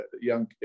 young